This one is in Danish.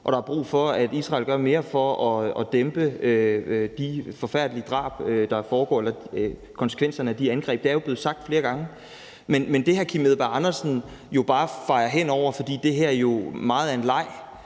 og der er brug for, at Israel gør mere for at dæmpe de forfærdelige drab, der foregår, og konsekvenserne af de angreb. Det er jo blevet sagt flere gange. Men det, hr. Kim Edberg Andersen bare fejer hen over, fordi det her jo meget er en leg